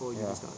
ya